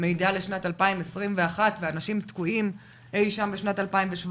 מידע לשנת 2021 ואנשים תקועים אי-שם בשנת 2017,